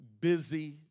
busy